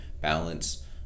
balance